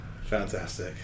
fantastic